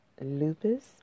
lupus